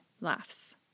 laughs